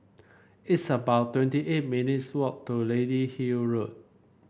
it's about twenty eight minutes' walk to Lady Hill Road